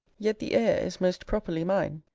yet the air is most properly mine,